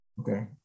okay